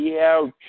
Ouch